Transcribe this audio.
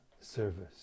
service